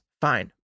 Fine